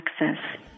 access